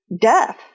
death